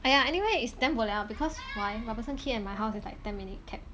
!aiya! anyway it's damn bo liao because why robertson quay and my house is like ten minute cab